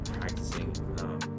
practicing